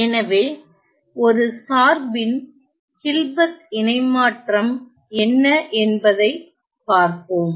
எனவே ஒரு சார்பின் ஹில்பர்ட் இணைமாற்றம் என்ன என்பதைப் பார்ப்போம்